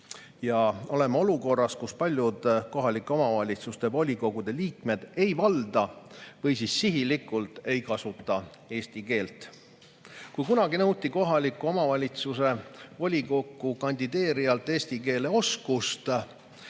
nii oleme olukorras, kus paljud kohalike omavalitsuste volikogude liikmed ei valda või sihilikult ei kasuta eesti keelt. Kui kunagi nõuti kohaliku omavalitsuse volikokku kandideerijalt eesti keele oskust,